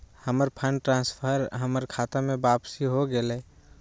हमर fund transfer हमर खता में वापसी हो गेलय